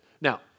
Now